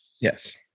Yes